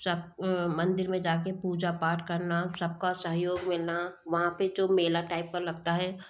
सब मंदिर में जा के पूजा पाठ करना सब का सहयोग मिलना वहाँ पर जो मेला टाइप का लगता है